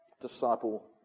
disciple